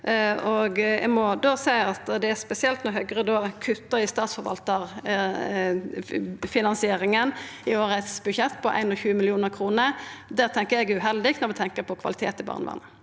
Eg må seia at det er spesielt når Høgre kuttar i statsforvaltarfinansieringa i årets budsjett, 21 mill. kr, for det tenkjer eg er uheldig når vi tenkjer på kvalitet i barnevernet.